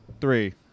three